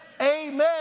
amen